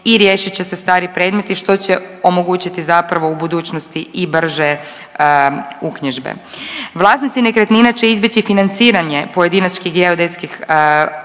i riješit će se stari predmeti, što će omogućiti zapravo u budućnosti i brže uknjižbe. Vlasnici nekretnina će izbjeći i financiranje pojedinačnih geodetskih